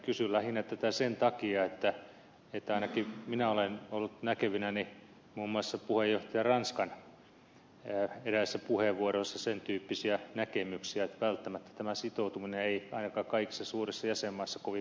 kysyn lähinnä tätä sen takia että ainakin minä olen ollut näkevinäni muun muassa puheenjohtaja ranskan eräissä puheenvuoroissa sen tyyppisiä näkemyksiä että välttämättä tämä sitoutuminen ei ainakaan kaikissa suurissa jäsenmaissa kovin vahvaa olisi